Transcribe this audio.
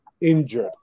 injured